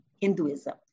Hinduism